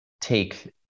take